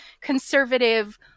conservative